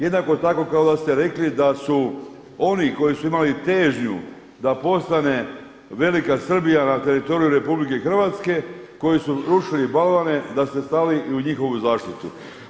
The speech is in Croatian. Jednako tako kao da ste rekli da su oni koji su imali težnju da postane velika Srbija na teritoriju RH koji su rušili balvane da ste stali i u njihovu zaštitu.